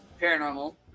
Paranormal